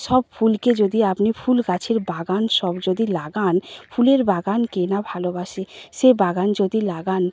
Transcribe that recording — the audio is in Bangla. সব ফুলকে যদি আপনি ফুল গাছের বাগান সব যদি লাগান ফুলের বাগান কে না ভালোবাসে সে বাগান যদি লাগান